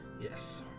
Yes